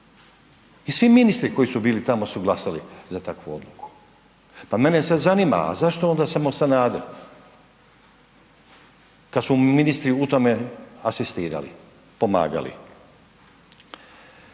I svi ministri koji su bili tamo su glasali za takvu odluku. Pa mene sad zanima, a zašto onda samo Sanader kada su ministri u tom asistirali, pomagali?